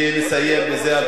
אני אסיים בזה,